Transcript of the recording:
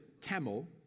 camel